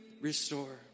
restore